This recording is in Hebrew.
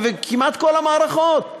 כמעט כל המערכות,